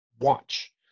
watch